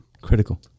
critical